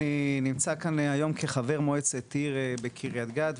אני נמצא כאן היום כחבר מועצת עיר בקרית גת,